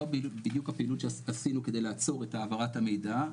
זאת בדיוק הפעילות שעשינו כדי לעצור את העברת המידע,